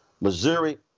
Missouri